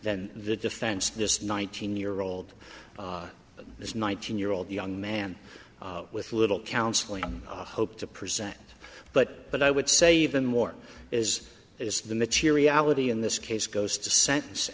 than the defense this nineteen year old this nineteen year old young man with a little counseling i hope to present but but i would say even more is is the materiality in this case goes to sentenc